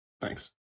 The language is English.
thanks